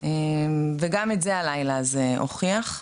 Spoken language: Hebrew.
וגם את זה הלילה הזה הוכיח.